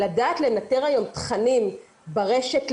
לדעת לנטר היום תכנים ברשת,